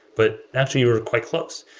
but actually, you're quite close.